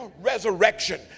resurrection